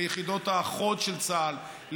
ליחידות החוד של צה"ל,